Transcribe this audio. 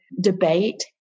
debate